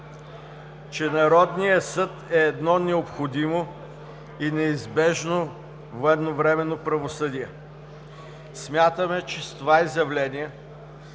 че Народният съд е едно необходимо и неизбежно военновременно правосъдие. Смятаме, че с изявлението